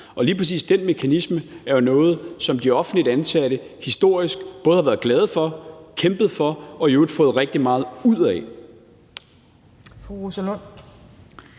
og lige præcis den mekanisme er jo noget, som de offentligt ansatte historisk både har været glade for, kæmpet for og i øvrigt fået rigtig meget ud af.